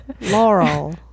Laurel